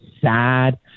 sad